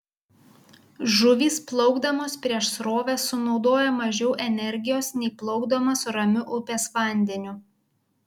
žuvys plaukdamos prieš srovę sunaudoja mažiau energijos nei plaukdamos ramiu upės vandeniu